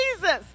Jesus